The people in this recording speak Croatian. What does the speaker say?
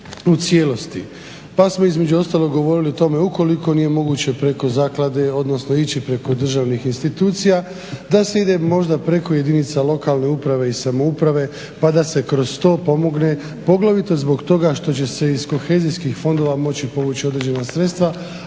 u cijelosti. Pa smo između ostalog govorili o tome, ukoliko nije moguće preko zaklade, odnosno ići preko državnih institucija da se ide možda preko jedinica lokalne uprave i samouprave, pa da se kroz to pomogne poglavito zbog toga što će se iz kohezijskih fondova moći povući određena sredstva